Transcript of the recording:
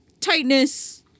tightness